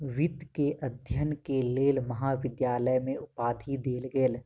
वित्त के अध्ययन के लेल महाविद्यालय में उपाधि देल गेल